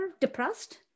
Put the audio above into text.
depressed